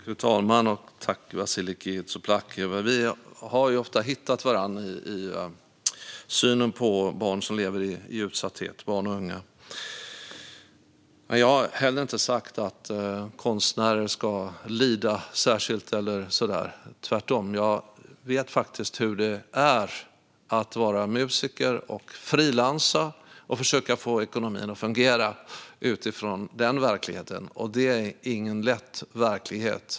Fru talman! Jag tackar Vasiliki Tsouplaki för inlägget. Vi har ofta hittat varandra i synen på barn och unga som lever i utsatthet. Jag har inte sagt att konstnärer ska lida särskilt eller något sådant; tvärtom vet jag faktiskt hur det är att vara musiker, att frilansa och att försöka få ekonomin att fungera utifrån den verkligheten. Det är ingen lätt verklighet.